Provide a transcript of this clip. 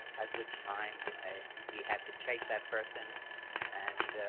at which time we had to chase that person and